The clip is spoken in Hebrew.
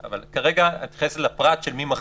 כרגע את מתייחסת לפרט מי מכריז.